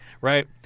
right